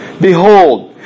Behold